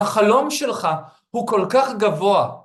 החלום שלך הוא כל כך גבוה.